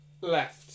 Left